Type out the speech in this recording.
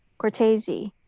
cortese,